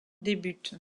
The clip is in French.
débute